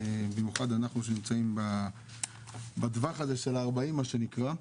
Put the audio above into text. במיוחד אנחנו שנמצאים בטווח הזה של ה-40 קמ'.